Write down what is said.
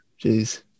Jeez